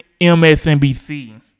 MSNBC